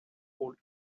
old